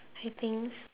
I think